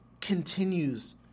continues